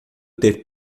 ter